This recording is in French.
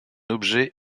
objet